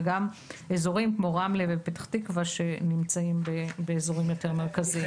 וגם אזורים כמו רמלה ופתח תקווה שנמצאים באזורים יותר מרכזיים.